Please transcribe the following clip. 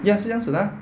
ya 这样子 lah